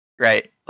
right